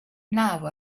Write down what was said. now